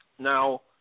Now